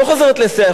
לא חוזרת לסייע,